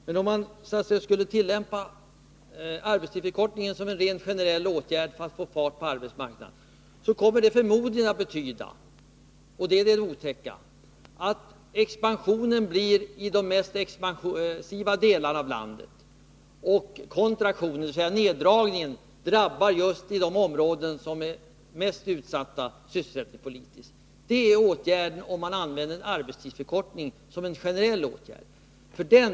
Men om man skulle införa en arbetstidsförkortning som en rent generell åtgärd för att få fart på arbetsmarknaden, kommer det förmodligen att betyda — och det är det otäcka — att expansionen sker i de mest expansiva delarna av landet och kontraktionen, dvs. neddragningen, drabbar just de områden som är mest utsatta sysselsättningspolitiskt. Det är effekten av om man använder arbetstidsförkortningen som en generell åtgärd.